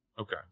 Okay